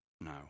No